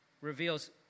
reveals